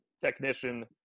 technician